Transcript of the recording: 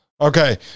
Okay